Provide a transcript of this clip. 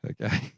Okay